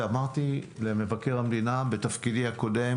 ואמרתי למבקר המדינה בתפקידי הקודם